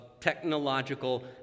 technological